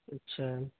اچھا